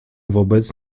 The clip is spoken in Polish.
wobec